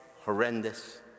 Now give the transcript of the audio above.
horrendous